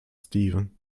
steven